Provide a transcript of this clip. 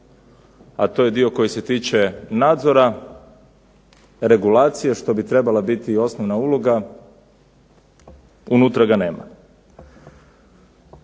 a to je dio koji se tiče nadzora regulacije što bi trebala biti osnova uloga unutra ga nema.